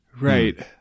right